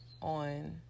on